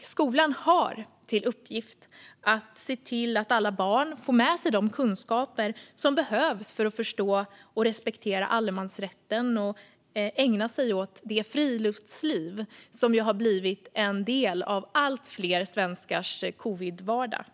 Skolan har till uppgift att se till att alla barn får med sig de kunskaper som behövs för att förstå och respektera allemansrätten och ägna sig åt det friluftsliv som ju har blivit en del av allt fler svenskars covidvardag.